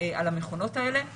על המכונות האלה.